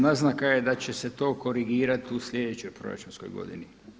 Naznaka je da će se to korigirati u slijedećoj proračunskoj godini.